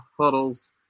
huddles